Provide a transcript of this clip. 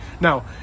Now